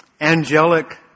angelic